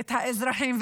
את האזרחים,